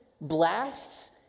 blasts